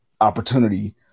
opportunity